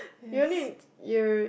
you only you're